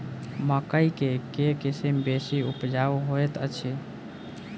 मकई केँ के किसिम बेसी उपजाउ हएत अछि?